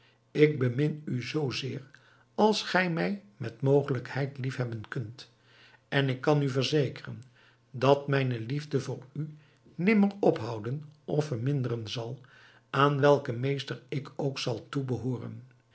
ik bemin u zoo zeer als gij mij met mogelijkheid liefhebben kunt en ik kan u verzekeren dat mijne liefde voor u nimmer ophouden of verminderen zal aan welken meester ik ook zal toebehooren